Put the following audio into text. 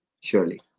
surely